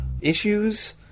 issues